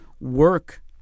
work